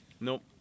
Nope